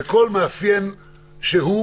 וכל מאפיין שהוא,